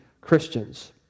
Christians